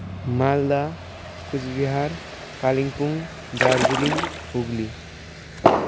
Malda Cooch Behar Kalimpong Darjeeling Hooghly